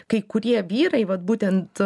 kai kurie vyrai vat būtent